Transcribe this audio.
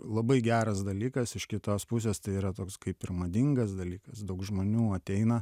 labai geras dalykas iš kitos pusės tai yra toks kaip ir madingas dalykas daug žmonių ateina